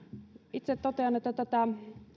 itse totean että tätä